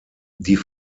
die